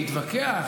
להתווכח,